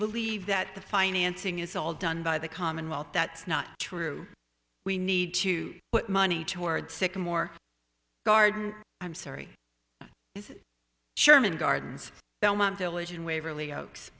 believe that the financing is all done by the commonwealth that's not true we need to put money towards sycamore garden i'm sorry sherman gardens belmont village in waverly oaks